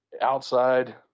outside